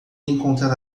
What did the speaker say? encontrar